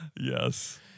yes